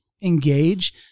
engage